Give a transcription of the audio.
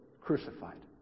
crucified